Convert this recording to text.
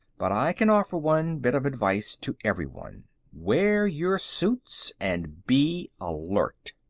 but i can offer one bit of advice to everyone wear your suits and be alert.